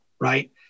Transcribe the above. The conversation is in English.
right